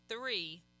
three